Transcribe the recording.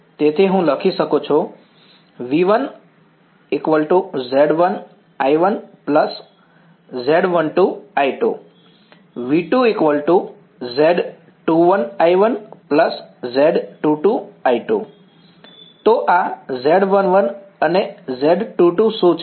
તેથી હું લખી શકું છું V 1 Z11I1 Z12I2 V 2 Z21I1 Z22I2 તો આ Z11 અને Z22 શું છે